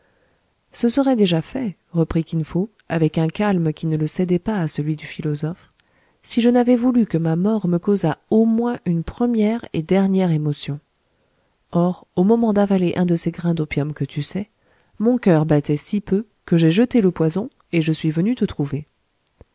ce serait déjà fait reprit kin fo avec un calme qui ne le cédait pas à celui du philosophe si je n'avais voulu que ma mort me causât au moins une première et dernière émotion or au moment d'avaler un de ces grains d'opium que tu sais mon coeur battait si peu que j'ai jeté le poison et je suis venu te trouver